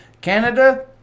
Canada